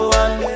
one